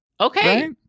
Okay